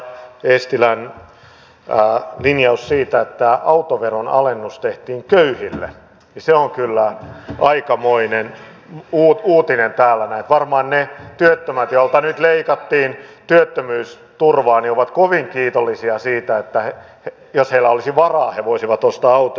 edustaja eestilän linjaus siitä että autoveron alennus tehtiin köyhille on kyllä aikamoinen uutinen täällä näin varmaan ne työttömät joilta nyt leikattiin työttömyysturvaa ovat kovin kiitollisia siitä että jos heillä olisi varaa he voisivat ostaa autoja